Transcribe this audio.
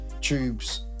Tubes